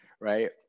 right